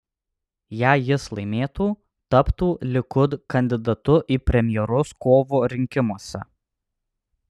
jei jis laimėtų taptų likud kandidatu į premjerus kovo rinkimuose